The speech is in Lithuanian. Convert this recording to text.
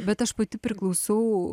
bet aš pati priklausau